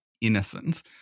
innocent